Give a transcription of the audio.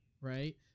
Right